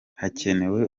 hakenewe